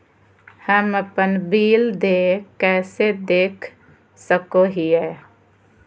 हम अपन बिल देय कैसे देख सको हियै?